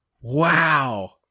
Wow